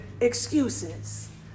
excuses